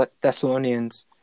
Thessalonians